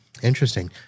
Interesting